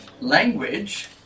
language